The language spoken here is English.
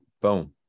boom